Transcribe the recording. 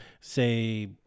say